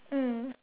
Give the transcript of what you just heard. mm